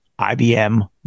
IBM